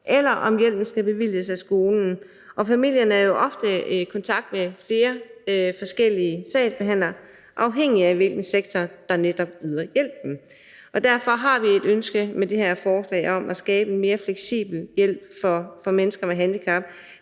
skolen, hjælpen skal bevilges, og familierne er ofte i kontakt med flere forskellige sagsbehandlere, afhængigt af hvilken sektor der netop yder hjælpen. Derfor har vi med det her forslag et ønske om at skabe en mere fleksibel hjælp for mennesker med handicap,